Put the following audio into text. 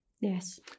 Yes